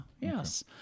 yes